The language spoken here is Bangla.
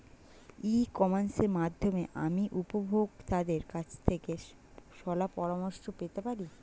ই কমার্সের মাধ্যমে আমি উপভোগতাদের কাছ থেকে শলাপরামর্শ পেতে পারি?